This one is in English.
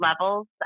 levels